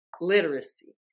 literacy